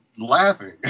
laughing